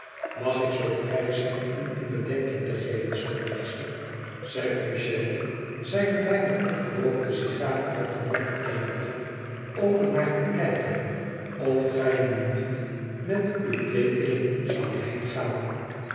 tmag ik zoo vrij zijn u in bedenking te geven schoolmeester zei eugène zijne bijna opgerookte sigaar uit den mond nemende om er naar te kijken of gij nu niet met uw kweekeling zoudt